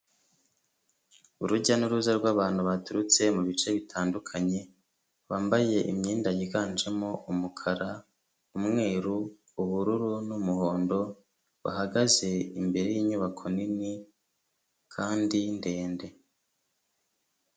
Urujya n'uruza rw'abantu baturutse mubi bice bitandukanye, bambaye imyenda yiganjemo umukara, umweru, ubururu n'umuhondo bahagaze imbere y'inyubako nini kandi ndende.